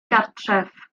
gartref